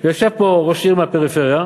יושב פה ראש עיר מהפריפריה,